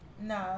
No